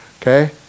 okay